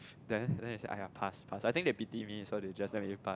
then they say !aiya! pass pass I think they pity me so they just let me pass